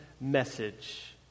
message